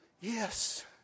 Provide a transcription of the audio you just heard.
Yes